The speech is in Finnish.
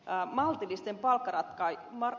tää maltillisten palkkaratkaisujen määrä